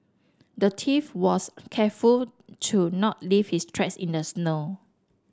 the thief was careful to not leave his tracks in the snow